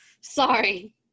sorry